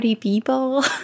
people